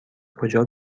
کجا